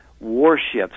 warships